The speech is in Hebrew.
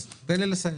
אז תן לי לסיים.